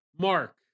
Mark